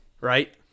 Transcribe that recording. Right